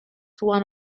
one